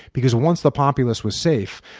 because once the populous was safe,